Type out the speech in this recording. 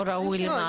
לא ראוי למאכל אדם?